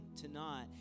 tonight